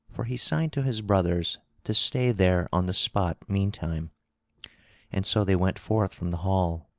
for he signed to his brothers to stay there on the spot meantime and so they went forth from the hall.